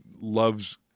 Love's